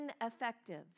ineffective